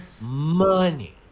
money